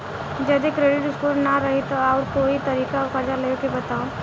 जदि credit score ना रही त आऊर कोई तरीका कर्जा लेवे के बताव?